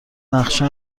نقشه